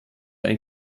ein